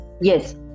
yes